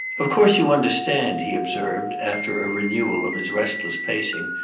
of course you understand, he observed, after a renewal of his restless pacing,